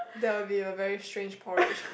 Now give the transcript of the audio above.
that will be a very strange porridge